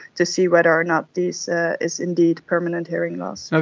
to see whether or not this ah is indeed permanent hearing loss.